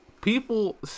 people